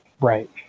Right